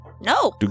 No